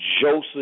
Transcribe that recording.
Joseph